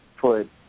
put